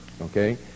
Okay